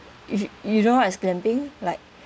if you you don't know what is glamping like